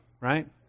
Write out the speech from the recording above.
right